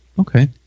Okay